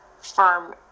firm